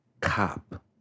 cop